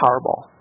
Powerball